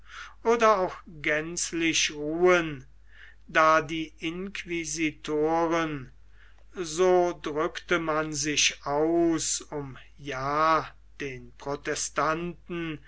oder auch gänzlich ruhen da die inquisitoren so drückte man sich aus um ja den protestanten